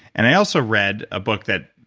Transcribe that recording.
and i also read a book that.